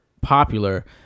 popular